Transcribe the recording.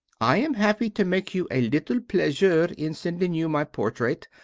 i am happy to make you a little pleasure in sending you my portrait.